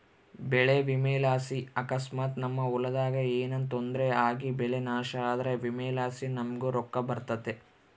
ಬೆಳೆ ವಿಮೆಲಾಸಿ ಅಕಸ್ಮಾತ್ ನಮ್ ಹೊಲದಾಗ ಏನನ ತೊಂದ್ರೆ ಆಗಿಬೆಳೆ ನಾಶ ಆದ್ರ ವಿಮೆಲಾಸಿ ನಮುಗ್ ರೊಕ್ಕ ಬರ್ತತೆ